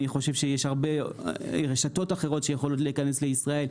אני חושב שיש הרבה רשתות אחרות שיכולות להיכנס לישראל,